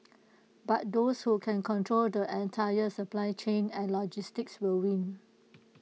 but those who can control the entire supply chain and logistics will win